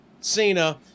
Cena